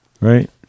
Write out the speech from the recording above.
right